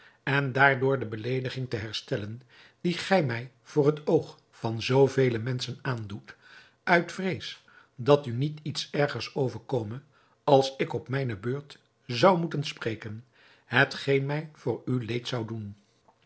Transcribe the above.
en daardoor de beleediging te herstellen die gij mij voor het oog van zoo vele menschen aandoet uit vrees dat u niet iets ergers overkome als ik op mijne beurt zou moeten spreken hetgeen mij voor u leed zou doen